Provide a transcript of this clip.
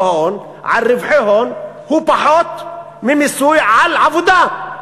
הוא פחות ממיסוי על עבודה?